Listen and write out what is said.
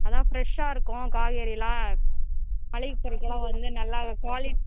அதான் ஃப்ரெஷ்ஷாக இருக்கும் காய்கறிலாம் மளிகை பொருட்கள்லாம் வந்து நல்லா குவாலிட்டி